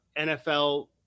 NFL